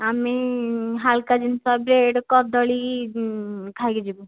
ଆମେ ହାଲକା ଜିନିଷ ବ୍ରେଡ଼୍ କଦଳୀ ଖାଇକି ଯିବୁ